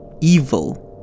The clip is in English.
evil